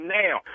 now